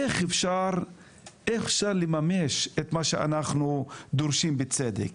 איך אפשר לממש את מה שאנחנו דורשים בצדק?